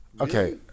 Okay